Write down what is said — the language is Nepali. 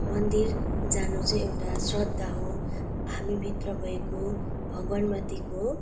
मन्दिर जानु चाहिँ एउटा श्रद्धा हो हामी भित्र भएको भगवान् माथिको